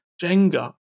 Jenga